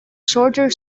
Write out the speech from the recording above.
shorter